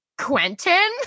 Quentin